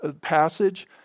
passage